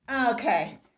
Okay